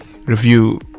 review